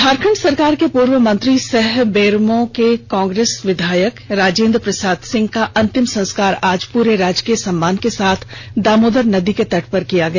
झारखंड सरकार के पूर्व मंत्री सह बेरमो से कांग्रेस विधायक राजेंद्र प्रसाद सिंह का अंतिम संस्कार आज पूरे राजकीय सम्मान के साथ दामोदर नदी के तट पर किया गया